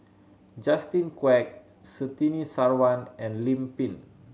Justin Quek Surtini Sarwan and Lim Pin